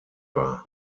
war